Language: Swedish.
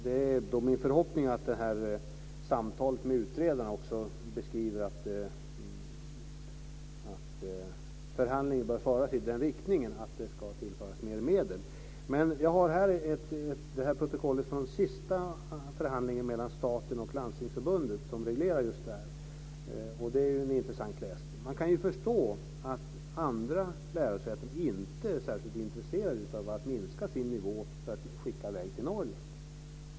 Det är min förhoppning att han i det här samtalet med utredaren också beskriver att förhandlingarna bör föras i den riktningen att det ska tillföras mer medel. Jag har här protokollet från den sista förhandlingen mellan staten och Landstingsförbundet, som reglerar just det här. Det är intressant läsning. Man kan förstå att andra lärosäten inte är särskilt intresserade av att minska sin nivå för att skicka mer till Norrland.